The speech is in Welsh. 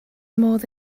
modd